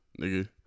nigga